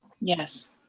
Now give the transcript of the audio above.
yes